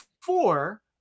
four